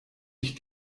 ich